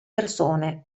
persone